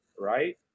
right